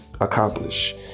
accomplish